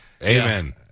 Amen